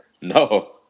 No